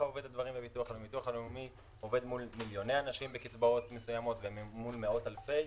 הוא עובד מול מיליוני אנשים בקצבאות מסוימות ומול מאות אלפים.